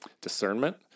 discernment